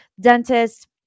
dentist